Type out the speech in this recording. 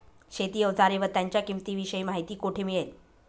शेती औजारे व त्यांच्या किंमतीविषयी माहिती कोठे मिळेल?